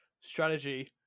strategy